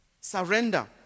Surrender